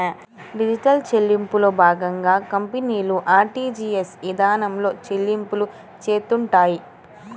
digital చెల్లింపుల్లో భాగంగా కంపెనీలు ఆర్టీజీయస్ ఇదానంలో చెల్లింపులు చేత్తుంటాయి